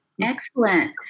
Excellent